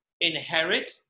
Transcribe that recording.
inherit